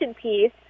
piece